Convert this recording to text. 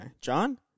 John